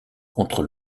contre